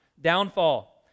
downfall